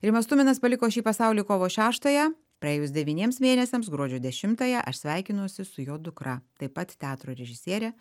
rimas tuminas paliko šį pasaulį kovo šeštąją praėjus devyniems mėnesiams gruodžio dešimtąją aš sveikinuosi su jo dukra taip pat teatro režisiere